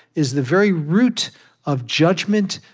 is the very root of judgement,